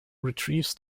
retrieves